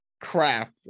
crap